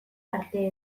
arte